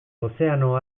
ozeano